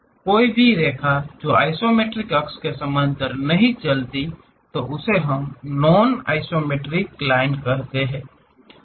कोई भी रेखा जो आइसोमेट्रिक अक्ष के समानांतर नहीं चलती है उसे नॉन आइसोमेट्रिक लाइन कहा जाता है